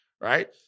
right